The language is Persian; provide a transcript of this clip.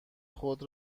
خود